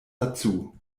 dazu